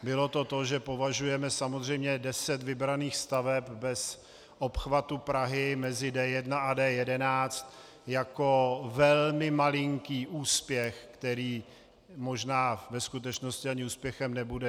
Bylo to to, že považujeme samozřejmě deset vybraných staveb bez obchvatu Prahy mezi D1 a D11 za velmi malinký úspěch, který možná ve skutečnosti ani úspěchem nebude.